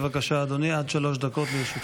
אדוני, עד שלוש דקות לרשותך.